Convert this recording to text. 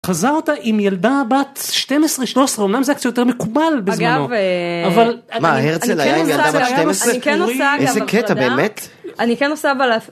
חזרת עם ילדה בת 12-13, אומנם זה קצת יותר מקומל בזמנו. אגב... מה, הרצל היה עם ילדה בת 12? איזה קטע באמת. אני כן עושה אבל...